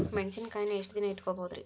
ಮೆಣಸಿನಕಾಯಿನಾ ಎಷ್ಟ ದಿನ ಇಟ್ಕೋಬೊದ್ರೇ?